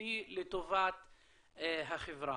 והדתי לטובת החברה.